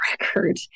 record